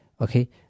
okay